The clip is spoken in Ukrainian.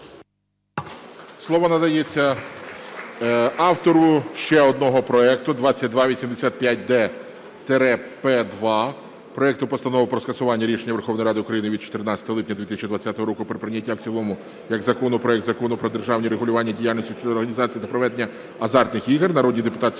Слово надається автору ще одного проекту 2285-д-П2, проекту Постанови про скасування рішення Верховної Ради України від 14 липня 2020 року про прийняття в цілому як закон проект Закону України "Про державне регулювання діяльності щодо організації та проведення азартних ігор" народній депутатці